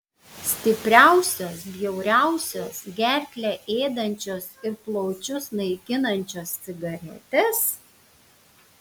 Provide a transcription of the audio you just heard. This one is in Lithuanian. stipriausios bjauriausios gerklę ėdančios ir plaučius naikinančios cigaretės